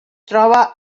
troba